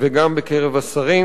וגם בקרב השרים.